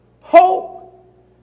hope